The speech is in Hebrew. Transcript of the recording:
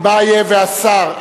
טיבייב והשר,